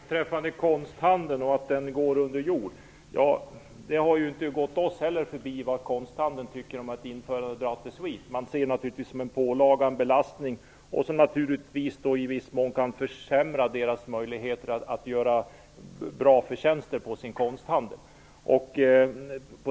Herr talman! När det gäller konsthandeln och att den går under jorden så har det inte gått oss förbi vad konsthandlarna tycker om ett införande av droit de suite. De anser att det skulle vara en pålaga och en belastning som naturligtvis i viss mån kan försämra deras möjligheter till goda förtjänster på konsthandeln.